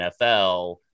NFL